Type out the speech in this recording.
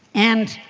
and